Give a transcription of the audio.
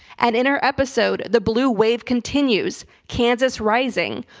and in our episode the blue wave continues, kansas rising,